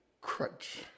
crutch